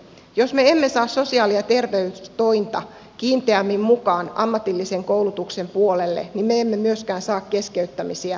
jos me emme saa sosiaali ja terveystointa kiinteämmin mukaan ammatillisen koulutuksen puolelle me emme myöskään saa keskeyttämisiä alaspäin